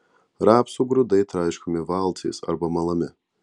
rapsų grūdai traiškomi valcais arba malami